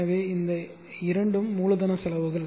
எனவே இந்த இரண்டும் மூலதன செலவுகள்